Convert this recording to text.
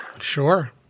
Sure